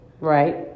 right